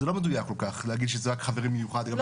זה לא מדויק כל כך להגיד שזה רק חברים --- לא,